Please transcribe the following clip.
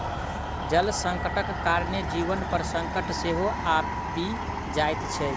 जल संकटक कारणेँ जीवन पर संकट सेहो आबि जाइत छै